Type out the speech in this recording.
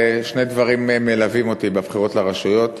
שני דברים מלווים אותי בבחירות לרשויות,